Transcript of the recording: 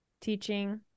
teaching